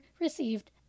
received